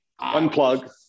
Unplug